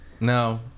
No